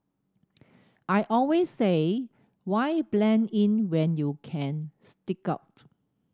I always say why blend in when you can stick out